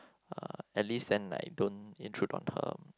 uh at least then like don't intrude on her